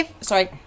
Sorry